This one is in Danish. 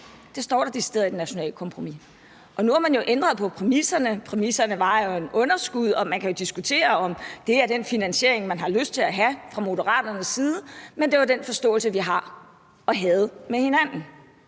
Det står der decideret i det nationale kompromis. Nu har man ændret på præmisserne. Præmisserne handlede jo om, at der var et underskud, og man kan diskutere, om det er den finansiering, man har lyst til at have fra Moderaternes side, men det var den forståelse, vi har og havde med hinanden.